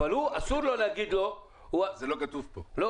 נכון.